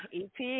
ep